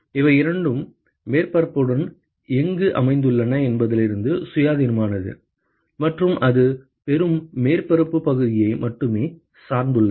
இவை இரண்டும் மேற்பரப்புடன் எங்கு அமைந்துள்ளன என்பதிலிருந்து சுயாதீனமானது மற்றும் அது பெறும் மேற்பரப்புப் பகுதியை மட்டுமே சார்ந்துள்ளது